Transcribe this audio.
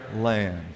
land